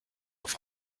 auf